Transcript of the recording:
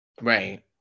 Right